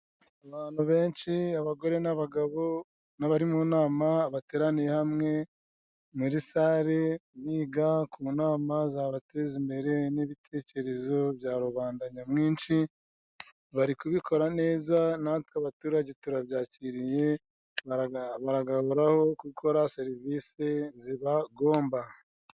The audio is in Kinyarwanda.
Abantu icyenda barimo abagabo n'abagore, bari mu cyumba cy'inama. Bose bahanze amaso imbere nk'aho bafite uwo bateze amatwi, uretse umugabo umwe uhugiye muri telefoni.